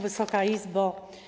Wysoka Izbo!